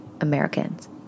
Americans